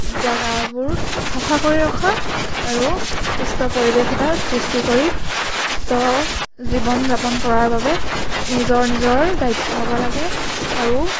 জাগাবোৰ চাফা কৰি ৰখা আৰু সুস্থ পৰিৱেশ এটাৰ সৃষ্টি কৰি সুস্থ জীৱন যাপন কৰাৰ বাবে নিজৰ নিজৰ দায়িত্ব হ'ব লাগে আৰু